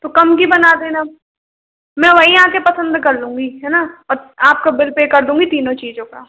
तो कम की बना देना मैं वहीं आके पसंद कर लूँगी है ना आपका बिल पे कर दूँगी तीनों चीज़ें का